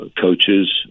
coaches